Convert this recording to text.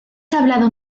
hablado